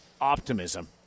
optimism